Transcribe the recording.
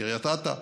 קריית אתא,